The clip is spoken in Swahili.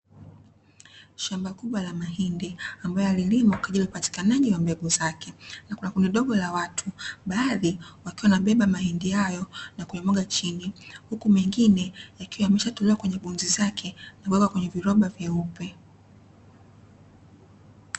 Shamba kubwa la mahindi ambayo yalilimwa kwa ajili ya upatikanaji wa mbegu zake, na kuna kundi dogo la watu baadhi wakiwa wanabeba mahindi hayo na kuyamwaga chini, huku mengine yakiwa yameshatolewa kwenye gunzi zake na kuwekwa kwenye viroba vyeupe.